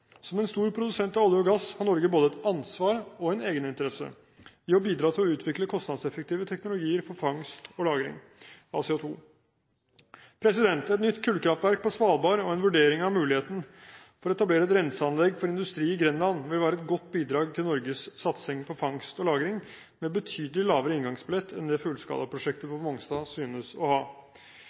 Som en stor produsent av olje og gass, har Norge både et ansvar og en egeninteresse i å bidra til å utvikle kostnadseffektive teknologier for fangst og lagring av CO2. Et nytt kullkraftverk på Svalbard og en vurdering av muligheten for å etablere et renseanlegg for industri i Grenland, vil være et godt bidrag til Norges satsing på fangst og lagring, med betydelig lavere inngangsbillett enn det fullskalaprosjektet på Mongstad synes å ha.